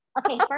okay